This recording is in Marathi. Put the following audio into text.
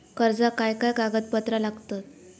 कर्जाक काय काय कागदपत्रा लागतत?